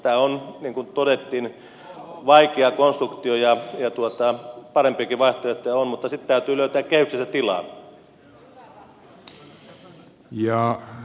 tämä on niin kuin todettiin vaikea konstruktio ja parempiakin vaihtoehtoja on mutta sitten täytyy löytää kehyksistä tilaa